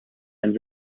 einen